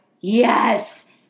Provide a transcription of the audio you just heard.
Yes